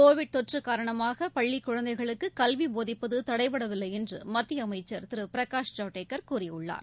Covid தொற்று காரணமாக பள்ளிக் குழந்தைகளுக்கு கல்வி போதிப்பது தடைபடவில்லை என்று மத்திய அமைச்சர் திரு பிரகாஷ் ஜவடேகர் கூறியுள்ளார்